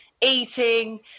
eating